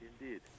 Indeed